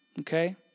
okay